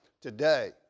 today